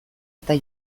eta